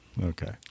Okay